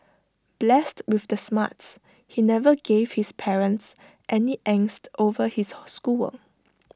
blessed with the smarts he never gave his parents any angst over his schoolwork